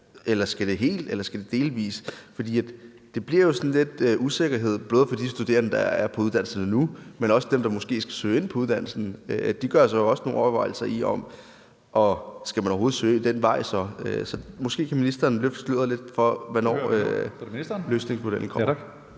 eller skal det være helt eller delvis? For der bliver sådan lidt usikkerhed både for de studerende, der er på uddannelsen nu, men også dem, der måske skal søge ind på uddannelsen – de gør sig jo også nogle overvejelser om, om de overhovedet skal søge den vej så. Så måske kan ministeren løfte sløret lidt for, hvornår løsningsmodellen kommer.